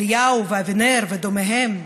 אליהו ואבינר ודומיהם,